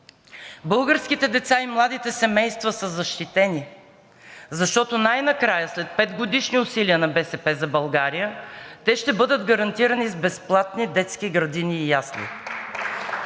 българските деца и младите семейства са защитени, защото най-накрая – след петгодишните усилия на „БСП за България“, те ще бъдат гарантирани с безплатни детски градини и ясли